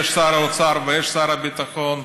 שילך לראות מה התושבים,